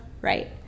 right